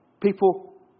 people